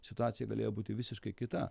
situacija galėjo būti visiškai kita